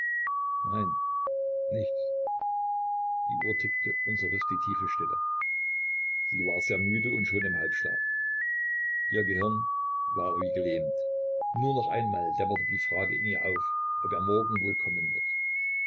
nein nichts die uhr tickte und zerriß die tiefe stille sie war sehr müde und schon im halbschlaf ihr gehirn war wie gelähmt nur noch einmal dämmerte die frage in ihr auf ob er morgen wohl kommen wird